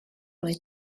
oedd